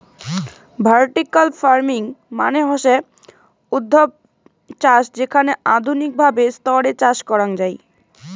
vertical farming মানে হসে উর্ধ্বাধ চাষ যেখানে আধুনিক ভাবে স্তরে চাষ করাঙ যাই